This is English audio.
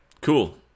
cool